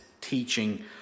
teaching